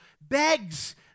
begs